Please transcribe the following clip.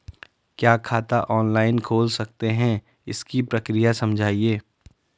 क्या खाता ऑनलाइन खोल सकते हैं इसकी प्रक्रिया समझाइए?